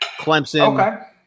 Clemson